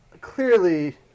clearly